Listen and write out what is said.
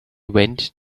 went